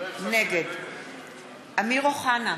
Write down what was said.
נגד אמיר אוחנה,